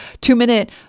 two-minute